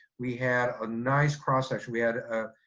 we had a nice cross section. we had a